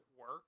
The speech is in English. work